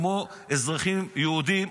כמו אזרחים יהודים,